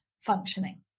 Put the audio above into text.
functioning